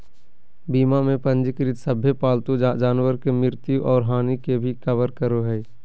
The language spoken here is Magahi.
बीमा में पंजीकृत सभे पालतू जानवर के मृत्यु और हानि के भी कवर करो हइ